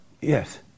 yes